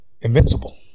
Invincible